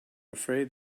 afraid